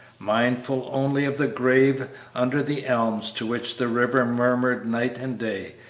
mindful only of the grave under the elms, to which the river murmured night and day,